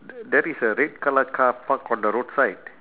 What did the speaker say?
that is a red colour car parked on the road side